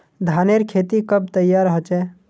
धानेर खेती कब तैयार होचे?